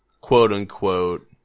quote-unquote